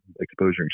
exposure